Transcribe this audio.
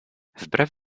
wbrew